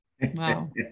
Wow